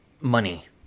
money